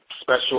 special